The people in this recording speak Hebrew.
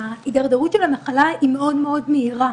ההתדרדרות של המחלה היא מאוד מאוד מהירה,